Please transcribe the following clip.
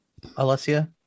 Alessia